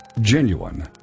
genuine